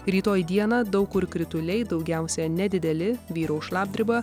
rytoj dieną daug kur krituliai daugiausiai nedideli vyraus šlapdriba